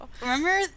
Remember